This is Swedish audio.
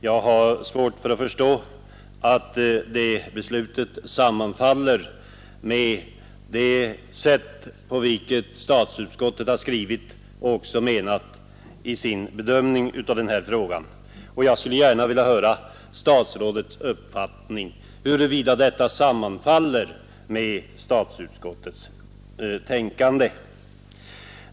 Jag har svårt att förstå att detta sammanfaller med vad statsutskottet skrivit och uttalat vid sin bedömning av denna fråga. Jag skulle gärna vilja höra herr statsrådets uppfattning huruvida detta sammanfaller med statsutskottets tänkande.